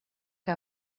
que